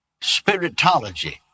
Spiritology